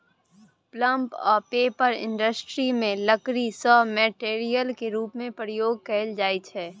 pulp आ paper industry मे लकड़ी राँ मेटेरियल केर रुप मे प्रयोग कएल जाइत छै